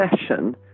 session